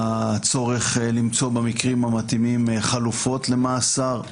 הצורך למצוא במקרים המתאימים חלופות למאסר,